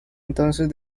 entonces